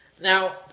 Now